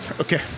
Okay